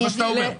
זה מה שאתה אומר.